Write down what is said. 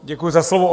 Děkuji za slovo.